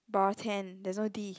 bartend there's no D